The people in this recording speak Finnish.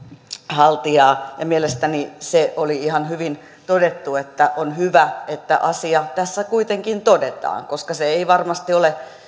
haltijaa mielestäni se oli ihan hyvin todettu että on hyvä että asia tässä kuitenkin todetaan koska se ei varmasti ole